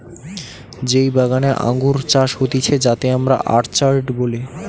যেই বাগানে আঙ্গুর চাষ হতিছে যাতে আমরা অর্চার্ড বলি